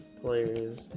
players